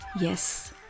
Yes